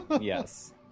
Yes